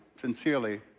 sincerely